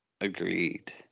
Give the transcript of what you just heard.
Agreed